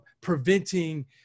preventing